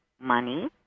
money